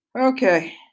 Okay